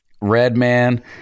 Redman